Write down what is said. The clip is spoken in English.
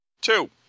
Two